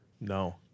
No